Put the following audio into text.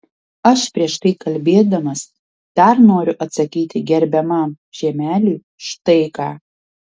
aš prieš tai kalbėdamas dar noriu atsakyti gerbiamam žiemeliui štai ką